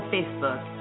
Facebook